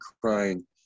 crying